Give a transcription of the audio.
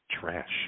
Trash